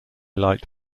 light